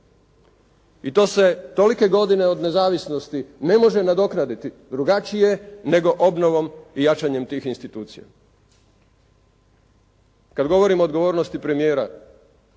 I to se tolike godine od nezavisnosti ne može nadoknaditi drugačije nego obnovom i jačanjem tih institucija. Kad govorim o odgovornosti premijera,